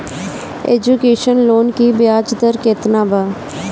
Education loan की ब्याज दर केतना बा?